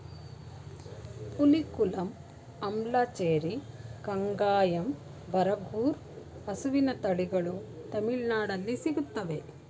ಪುಲಿಕುಲಂ, ಅಂಬ್ಲಚೇರಿ, ಕಂಗಾಯಂ, ಬರಗೂರು ಹಸುವಿನ ತಳಿಗಳು ತಮಿಳುನಾಡಲ್ಲಿ ಸಿಗುತ್ತವೆ